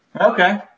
Okay